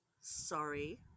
sorry